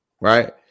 right